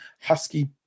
husky